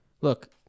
Look